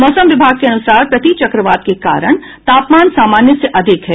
मौसम विभाग के अनुसार प्रति चक्रवात के कारण तापमान सामान्य से अधिक है